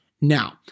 Now